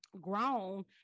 grown